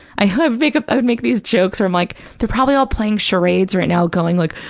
i would make up, i would make these jokes from like, they're probably all playing charades right now, going like,